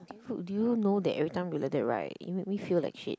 do you do you know that every time you like that right you make me feel like shit